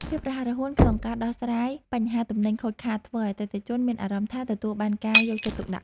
ភាពរហ័សរហួនក្នុងការដោះស្រាយបញ្ហាទំនិញខូចខាតធ្វើឱ្យអតិថិជនមានអារម្មណ៍ថាទទួលបានការយកចិត្តទុកដាក់។